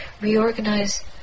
reorganize